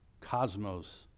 cosmos